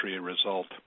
result